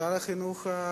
שר החינוך החדש,